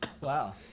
wow